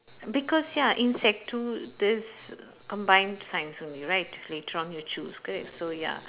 because ya in sec two there's combine science only right which one you choose correct so ya